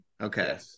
Okay